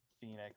Phoenix